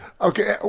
Okay